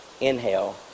inhale